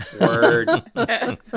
word